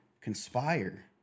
conspire